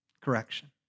Correction